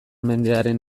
mendearen